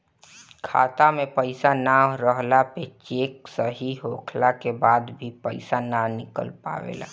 खाता में पईसा ना रहला पे चेक सही होखला के बाद भी पईसा ना निकल पावेला